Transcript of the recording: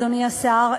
אדוני השר,